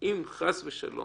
אם חס ושלום,